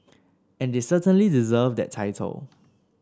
and they certainly deserve that title